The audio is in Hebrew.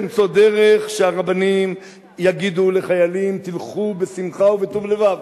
למצוא דרך שהרבנים יגידו לחיילים: תלכו בשמחה ובטוב לבב.